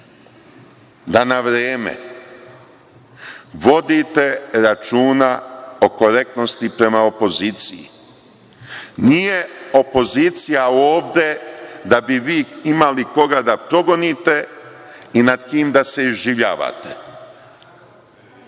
da na vreme vodite računa o korektnosti prema opoziciji. Nije opozicija ovde da bi vi imali koga da progonite i nad kim da se iživljavate.